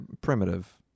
primitive